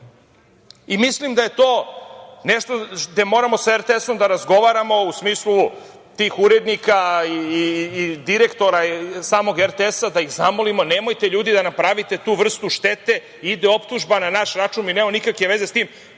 i mislim da moramo sa RTS da razgovaramo u smislu tih urednika i direktora samog RTS, da ih zamolimo – nemojte ljudi da nam pravite tu vrstu štete. Ide optužba na naš račun. Mi nemamo nikakve veze sa tim.